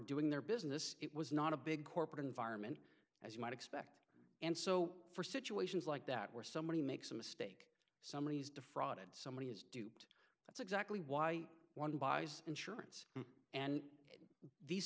doing their business it was not a big corporate environment as you might expect and so for situations like that where somebody makes a mistake somebody is defrauded somebody is duped that's exactly why one buys insurance and these